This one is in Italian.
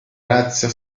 razza